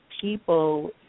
people